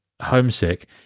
homesick